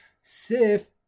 Sif